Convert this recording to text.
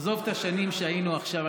עזוב את השנים שהיינו עכשיו,